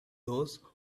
those